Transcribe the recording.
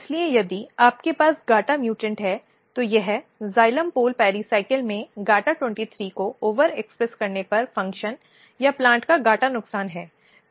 इसलिए यदि आपके पास gata म्यूटन्ट है तो यह जाइलम पोल पेरिसायकल में GATA23 को ओवर एक्सप्रेस करने पर फ़ंक्शन या प्लांट का gata नुकसान है